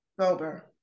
Sober